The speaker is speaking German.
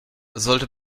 sollte